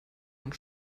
und